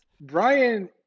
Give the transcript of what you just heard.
brian